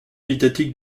médiatique